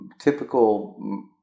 typical